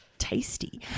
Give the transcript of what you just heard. Tasty